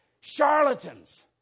charlatans